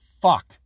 fuck